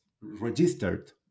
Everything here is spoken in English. registered